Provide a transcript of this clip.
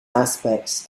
aspects